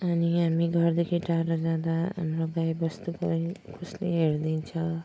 अनि हामी घरदेखि टाढा जाँदा हाम्रो गाई बस्तु कसले हेरिदिन्छ